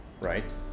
right